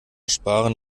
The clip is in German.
sparen